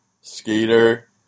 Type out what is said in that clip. skater